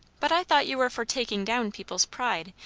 but i thought you were for taking down people's pride,